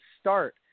start